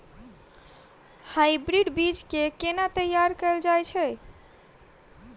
Hybrid बीज केँ केना तैयार कैल जाय छै?